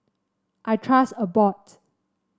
I trust Abbott